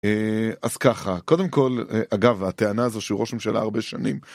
אז ככה, קודם כל, אגב, הטענה הזו שהיא ראש ממשלה הרבה שנים